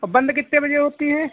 और बंद कितने बजे होती है